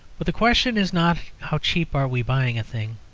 but the question is not how cheap are we buying a thing,